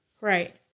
Right